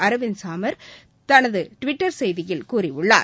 அரவிந்த் சாவந்த் தமது டுவிட்டர் செய்தியில் கூறியுள்ளார்